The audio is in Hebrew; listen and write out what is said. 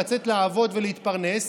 לצאת לעבוד ולהתפרנס,